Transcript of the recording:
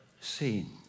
seen